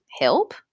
help